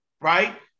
right